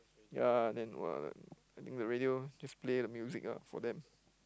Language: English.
ya then !wah! I think the radio just play the music ah for them